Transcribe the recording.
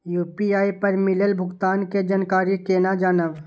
UPI पर मिलल भुगतान के जानकारी केना जानब?